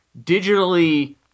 digitally